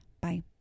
Bye